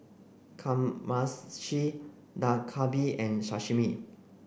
Kamameshi Dak Galbi and Sashimi